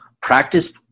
practice